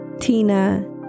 Tina